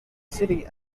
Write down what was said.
city